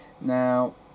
Now